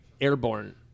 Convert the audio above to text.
airborne